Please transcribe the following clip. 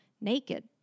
naked